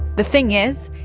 the thing is,